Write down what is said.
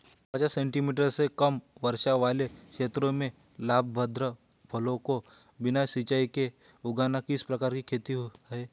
पचास सेंटीमीटर से कम वर्षा वाले क्षेत्रों में लाभप्रद फसलों को बिना सिंचाई के उगाना किस प्रकार की खेती है?